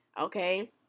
okay